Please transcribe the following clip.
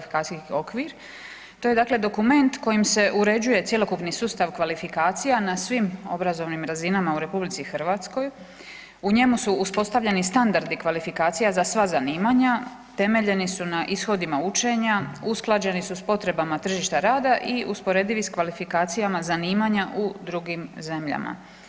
To je dakle dokument kojim se urešuje cjelokupni sustav kvalifikacija na svim obrazovnim razinama u RH, u njemu su uspostavljeni standardi kvalifikacija za sva zanimanja, temeljeni su na ishodima učenja, usklađeni su s potrebama tržišta rada i usporedivi s kvalifikacijama zanimanja u drugim zemljama.